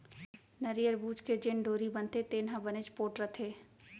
नरियर बूच के जेन डोरी बनथे तेन ह बनेच पोठ रथे